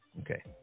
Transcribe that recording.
Okay